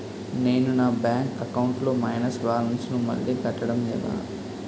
నేను నా bank account లొ మైనస్ బాలన్స్ ను మళ్ళీ కట్టడం ఎలా?